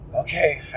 okay